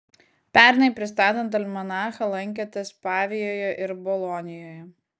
pernai pristatant almanachą lankėtės pavijoje ir bolonijoje